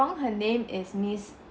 ~ng her name is miss